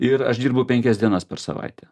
ir aš dirbu penkias dienas per savaitę